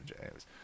James